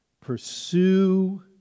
Pursue